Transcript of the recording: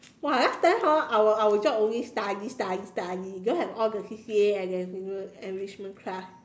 !wah! last time hor our our job only study study study don't have all the C_C_A and enrichment enrichment class